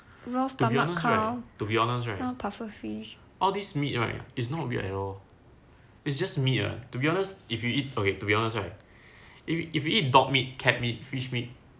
to be honest right to be honest right all these meat right it's not weird at all it's just meat [what] to be honest if you eat okay to be honest right if you if you eat dog meat cat meat fish meat